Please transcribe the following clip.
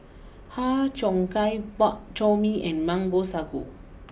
Har Cheong Gai Bak Chor Mee and Mango Sago